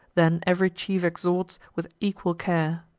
then ev'ry chief exhorts with equal care.